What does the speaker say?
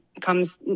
comes